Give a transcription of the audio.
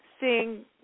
seeing